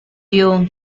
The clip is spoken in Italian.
you